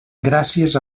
gràcies